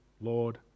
Lord